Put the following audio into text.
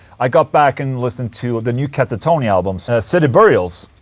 i got back and listened to the new katatonia albums city burials,